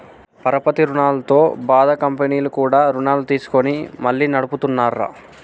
పరపతి రుణాలతో బాధ కంపెనీలు కూడా రుణాలు తీసుకొని మళ్లీ నడుపుతున్నార